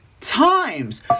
times